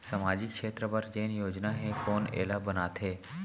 सामाजिक क्षेत्र बर जेन योजना हे कोन एला बनाथे?